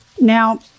Now